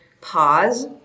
pause